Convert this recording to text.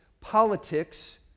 politics